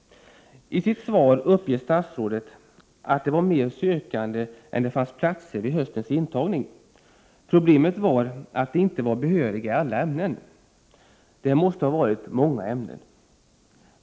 I sitt svar uppger statsrådet att det var fler sökande än det fanns platser vid höstens intagning. Problemet var att de inte var behöriga i alla ämnen. Det måste ha varit många ämnen.